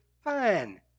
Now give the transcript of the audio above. Fine